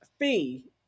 fee